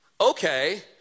Okay